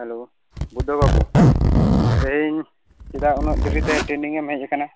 hello ᱵᱩᱫᱷᱟᱹ ᱵᱟᱹᱵᱩ ᱛᱮᱦᱮᱧ ᱪᱮᱫᱟᱜ ᱩᱱᱟᱹᱜ ᱫᱮᱹᱨᱤ ᱛᱮ ᱴᱨᱮᱱᱤᱝ ᱮᱢ ᱦᱮᱡ ᱟᱠᱟᱱᱟ